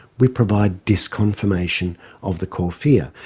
we provide disconfirmation of the core fear.